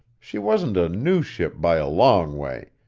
she wasn't a new ship by a long way,